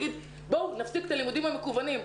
נגיד בואו נפסיק את הלימודים המקוונים.